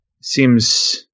seems